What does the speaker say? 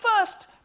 first